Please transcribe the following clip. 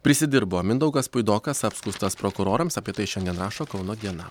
prisidirbo mindaugas puidokas apskųstas prokurorams apie tai šiandien rašo kauno diena